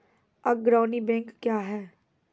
अग्रणी बैंक क्या हैं?